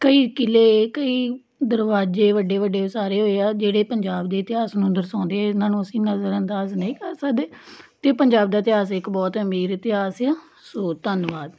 ਕਈ ਕਿਲ੍ਹੇ ਕਈ ਦਰਵਾਜ਼ੇ ਵੱਡੇ ਵੱਡੇ ਉਸਾਰੇ ਹੋਏ ਆ ਜਿਹੜੇ ਪੰਜਾਬ ਦੇ ਇਤਿਹਾਸ ਨੂੰ ਦਰਸਾਉਂਦੇ ਇਹਨਾਂ ਨੂੰ ਅਸੀਂ ਨਜ਼ਰ ਅੰਦਾਜ਼ ਨਹੀਂ ਕਰ ਸਕਦੇ ਅਤੇ ਪੰਜਾਬ ਦਾ ਇਤਿਹਾਸ ਇੱਕ ਬਹੁਤ ਅਮੀਰ ਇਤਿਹਾਸ ਆ ਸੋ ਧੰਨਵਾਦ